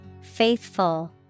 Faithful